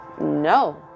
No